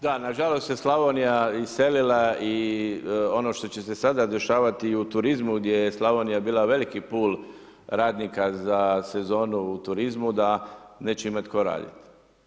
Da, nažalost se Slavonija iselila i ono što će se sada dešavati u turizmu gdje je Slavonija bila veliku pul radnika za sezonu u turizmu da neće imat tko radit.